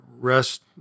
rest